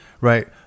right